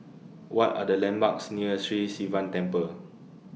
What Are The landmarks near Sri Sivan Temple